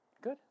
Good